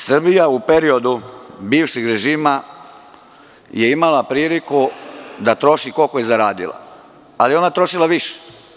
Srbija u periodu bivšeg režima je imala priliku da troši koliko je zaradila ali je ona trošila više.